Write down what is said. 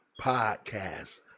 Podcast